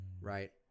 right